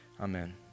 Amen